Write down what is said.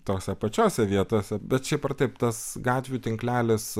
tose pačiose vietose bet šiaip ar taip tas gatvių tinklelis